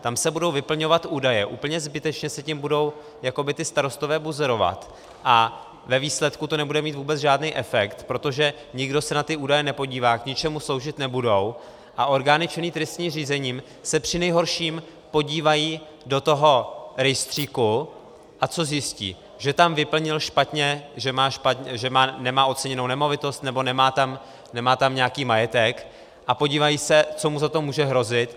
Tam budou vyplňovat údaje, úplně zbytečně se tím budou jakoby ti starostové buzerovat a ve výsledku to nebude mít vůbec žádný efekt, protože nikdo se na ty údaje nepodívá, k ničemu sloužit nebudou, a orgány činné v trestním řízení se přinejhorším podívají do toho rejstříku, a co zjistí, že tam vyplnil špatně..., že nemá oceněnou nemovitost, nebo nemá tam nějaký majetek, a podívají se, co mu za to může hrozit.